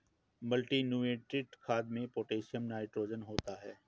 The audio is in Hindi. मल्टीनुट्रिएंट खाद में पोटैशियम नाइट्रोजन होता है